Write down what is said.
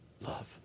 love